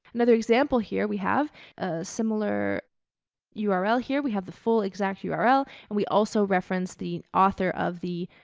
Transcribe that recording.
another example here, we have a similar ah url here. we have the full exact yeah url and we also referenced the author of the,